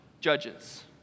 judges